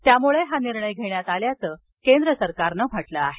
त्यामुळे हा निर्णय घेण्यात आल्याचं केंद्र सरकारनं म्हटलं आहे